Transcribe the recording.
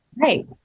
Right